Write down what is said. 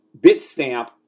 Bitstamp